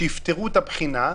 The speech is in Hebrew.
שיפתרו את הבחינה,